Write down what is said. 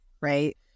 right